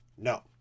No